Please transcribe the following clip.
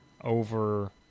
over